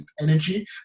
energy